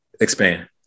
expand